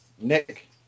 Nick